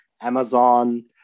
Amazon